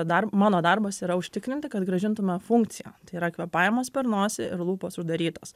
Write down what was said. dar mano darbas yra užtikrinti kad grąžintume funkciją tai yra kvėpavimas per nosį ir lūpos uždarytos